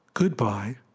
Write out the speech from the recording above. Goodbye